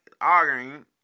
arguing